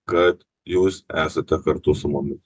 kad jūs esate kartu su mumis